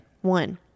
One